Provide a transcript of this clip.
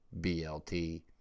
BLT